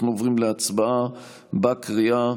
אנחנו עוברים להצבעה בקריאה